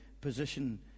position